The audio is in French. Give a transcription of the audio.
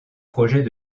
projets